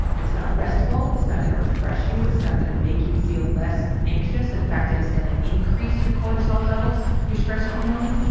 it's not restful. it's not going to refresh you. it's not going to make you feel less anxious. in fact, it is going to increase your cortisol levels, your stress hormone.